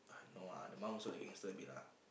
no ah the mum also like gangster a bit lah